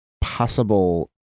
possible